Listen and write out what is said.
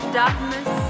darkness